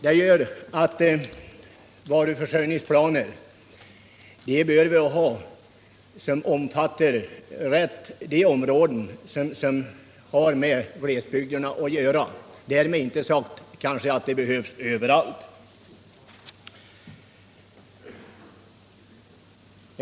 Det bör finnas varuförsörjningsplaner för områden som omfattar glesbygderna. Därmed inte sagt att sådana planer behövs överallt.